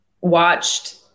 watched